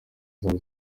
zabo